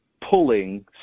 pulling